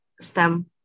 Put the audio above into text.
STEM